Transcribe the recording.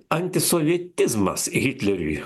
antisovietizmas hitleriui